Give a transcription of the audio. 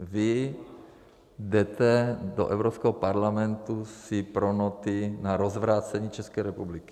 Vy jdete do Evropského parlamentu si pro noty na rozvrácení České republiky.